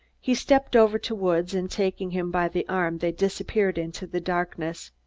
he stepped over to woods and, taking him by the arm, they disappeared into the darkness.